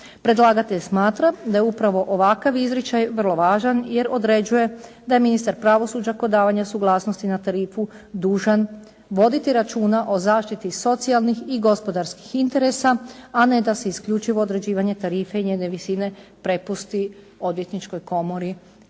Predlagatelj smatra da je upravo ovakav izričaj vrlo važan jer određuje da ministar pravosuđa kod davanja suglasnosti na tarifu dužan voditi računa o zaštiti socijalnih i gospodarskih interesa, a ne da se isključivo određivanje tarife i njene visine prepusti Odvjetničkoj komori